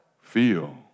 feel